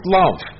love